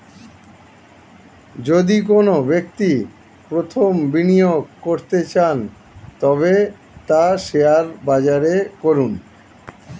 যদি কোনো ব্যক্তি প্রথম বিনিয়োগ করতে চান তবে তা শেয়ার বাজারে করুন